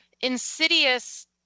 insidious